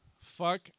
Fuck